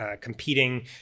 competing